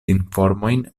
informojn